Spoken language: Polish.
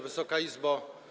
Wysoka Izbo!